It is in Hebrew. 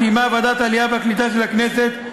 קיימה ועדת העלייה והקליטה של הכנסת,